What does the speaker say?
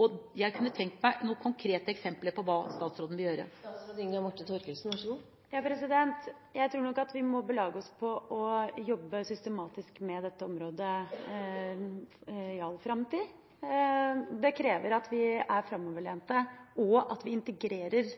og jeg kunne tenke meg noen konkrete eksempler på hva statsråden vil gjøre. Jeg tror nok at vi må belage oss på å jobbe systematisk med dette området i all framtid. Det krever at vi er framoverlente, og at vi integrerer